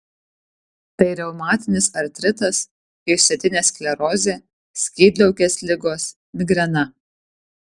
tai reumatinis artritas išsėtinė sklerozė skydliaukės ligos migrena